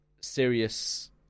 serious